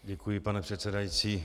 Děkuji, pane předsedající.